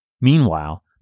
Meanwhile